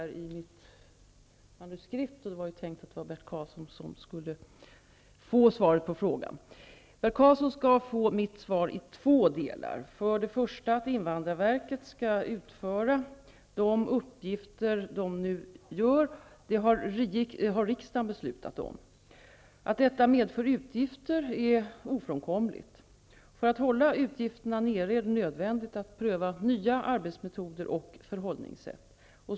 Jag skall lämna svaret i två delar. För det första: Att invandrarverket skall utföra de uppgifter man nu utför, har riksdagen beslutat. Att detta medför utgifter är ofrånkomligt. För att hålla utgifterna nere är det nödvändigt att pröva nya arbetsmetoder och förhållningssätt.